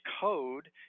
code